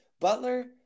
Butler